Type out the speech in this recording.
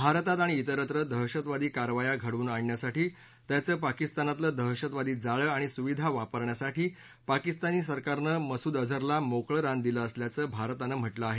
भारतात आणि विरत्र दहशतवादी कारवाया घडवून आणण्यासाठी त्याचं पाकिस्तानातलं दहशतवादी जाळं आणि सुविधा वापरण्यासाठी पाकिस्तान सरकारनं मसूद अझरला मोकळं रान दिलं असल्याचं भारतानं म्हटलं आहे